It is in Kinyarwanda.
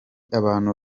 abantu